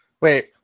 Wait